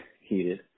heated